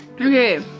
Okay